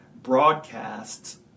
Broadcasts